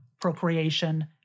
Procreation